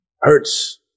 hurts